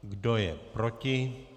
Kdo je proti?